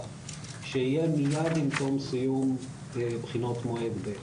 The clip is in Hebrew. שיהיה מייד עם תום סיום בחינות מועד ב',